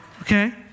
Okay